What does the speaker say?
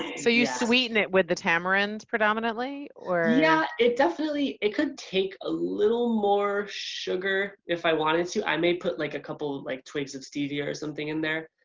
so you sweeten it with the tamarind predominantly, or? yeah it definitely could take a little more sugar if i wanted to. i may put like a couple of like twigs of stevia or something in there,